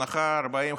הנחה של 40,